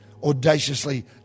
audaciously